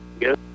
Yes